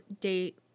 date